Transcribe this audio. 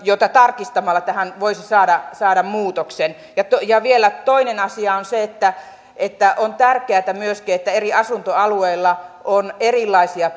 joita tarkistamalla tähän voisi saada saada muutoksen vielä toinen asia on se että että on tärkeätä myöskin että eri asuntoalueilla on erilaisia